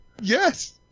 Yes